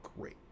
great